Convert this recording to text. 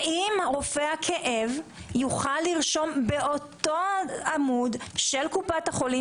האם רופא הכאב יוכל לרשום באותו עמוד של קופת החולים